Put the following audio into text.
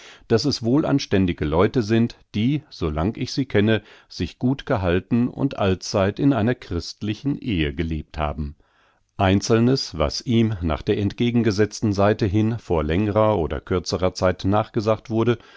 daß es wohlanständige leute sind die so lang ich sie kenne sich gut gehalten und allzeit in einer christlichen ehe gelebt haben einzelnes was ihm nach der entgegengesetzten seite hin vor längrer oder kürzrer zeit nachgesagt wurde